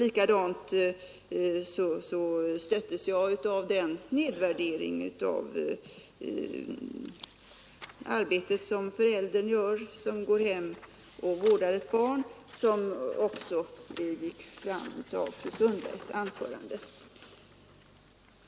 Likadant stöttes jag av nedvärderingen i fru Sundbergs anförande av det arbete som den förälder gör som i hemmet vårdar ett barn.